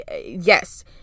yes